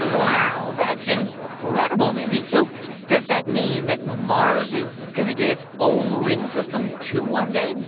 wow. that's incredible, mindy. so does that mean that mars is going to get its own ring system, too, one day,